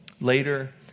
Later